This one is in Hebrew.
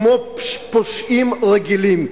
כמו פושעים רגילים,